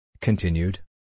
Continued